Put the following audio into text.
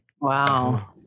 Wow